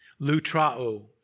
Lutrao